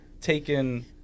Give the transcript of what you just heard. taken